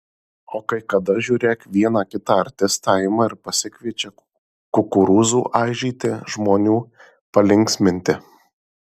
o kai kada žiūrėk vieną kitą artistą ima ir pasikviečia kukurūzų aižyti žmonių palinksminti